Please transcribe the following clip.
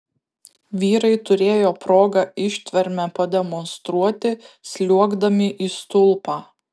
vyrai turėjo progą ištvermę pademonstruoti sliuogdami į stulpą